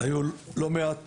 היו לא מעט